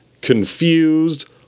confused